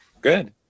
Good